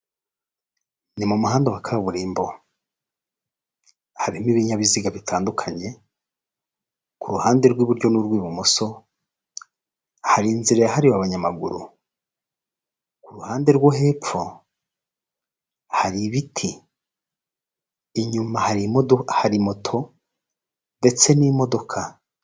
Ni mu muhanda wa kaburimbo, harimo ibinyabiziga bitandukanye, ku ruhande rw'iburyo n'urw'ibumoso, hari inzira yahariwe abanyamaguru, ku ruhande rwo hepfo hari ibiti, inyuma hari moto ndetse n'imodoka.